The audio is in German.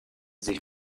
sich